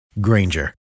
Granger